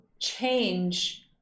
change